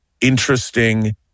interesting